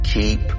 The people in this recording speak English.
keep